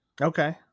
Okay